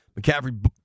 McCaffrey